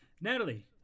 Natalie